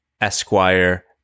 Esquire